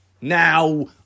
Now